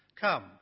Come